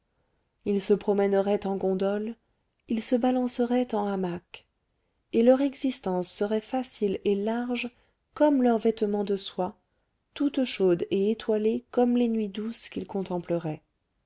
ils se promèneraient en gondole ils se balanceraient en hamac et leur existence serait facile et large comme leurs vêtements de soie toute chaude et étoilée comme les nuits douces qu'ils